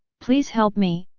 please help me,